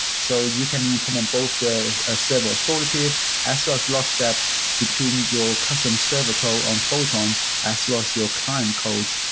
so you can and both the ah server authoritative as well as lockstep between your custom server code on photon as well as your client code.